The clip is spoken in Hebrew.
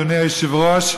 אדוני היושב-ראש,